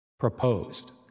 proposed